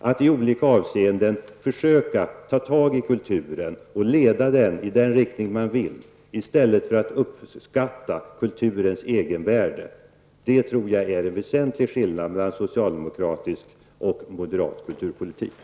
Det är en väsentlig skillnad mellan socialdemokratisk och moderat kulturpolitik i det att socialdemokraterna försöker ta tag i kulturen och leda den i den riktning man vill i stället för att uppskatta kulturens egenvärde.